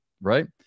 right